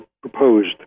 proposed